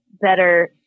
better